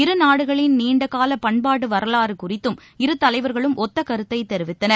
இருநாடுகளின் நீண்டகால பண்பாட்டு வரவாறு குறித்தும் இருதலைவர்களும் ஒத்த கருத்தை தெரிவித்தனர்